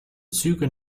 züge